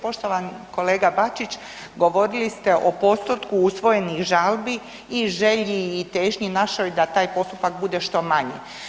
Poštovani kolega Bačić, govorili ste o postotku usvojenih žalbi i želji i težnji našoj da taj postupak bude što manji.